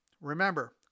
Remember